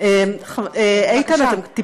שהעומד בראשה הוא אדם שמגיע